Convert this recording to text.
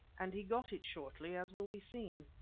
and he got it shortly, as will be seen.